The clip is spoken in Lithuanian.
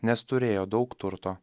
nes turėjo daug turto